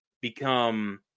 become